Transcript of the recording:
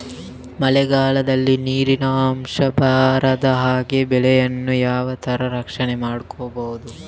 ಮಳೆಗಾಲದಲ್ಲಿ ನೀರಿನ ಅಂಶ ಬಾರದ ಹಾಗೆ ಬೆಳೆಗಳನ್ನು ಯಾವ ತರ ರಕ್ಷಣೆ ಮಾಡ್ಬಹುದು?